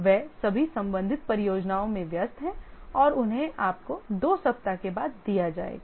वे सभी संबंधित परियोजनाओं में व्यस्त हैं और उन्हें आपको 2 सप्ताह के बाद दिया जाएगा